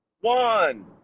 one